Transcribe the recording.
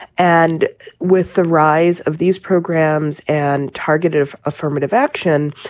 and with the rise of these programs and targeted of affirmative action,